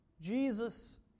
Jesus